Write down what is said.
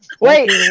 Wait